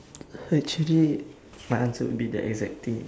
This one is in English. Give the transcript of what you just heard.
actually my answer would be the exact thing